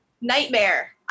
Nightmare